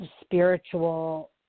spiritual